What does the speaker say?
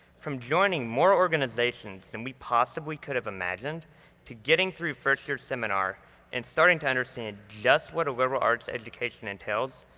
from joining more organizations than we possibly could have imagined to getting through first year seminar and starting to understand just what a liberal arts education entails.